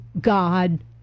God